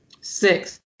six